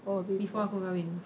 before aku kahwin